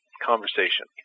conversation